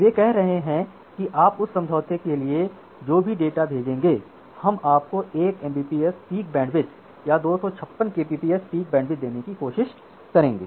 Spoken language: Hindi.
वे कह रहे हैं कि आप उस समझौते के लिए जो भी डेटा भेजेंगे हम आपको 1 एमबीपीएस पीक बैंडविड्थ या 256 केबीपीएस पीक बैंडविड्थ देने की कोशिश करेंगे